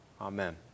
Amen